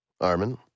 armin